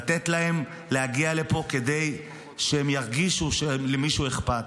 לתת להם להגיע לפה כדי שהם ירגישו שלמישהו אכפת.